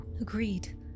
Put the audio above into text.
Agreed